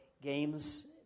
games